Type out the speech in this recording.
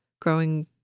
growing